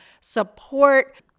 support